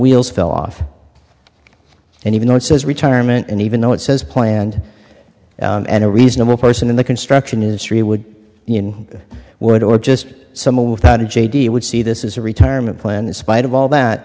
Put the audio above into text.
wheels fell off and even though it says retirement and even though it says planned and a reasonable person in the construction industry would in word or just someone without a j d would see this is a retirement plan in spite of all that